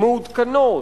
מעודכנות,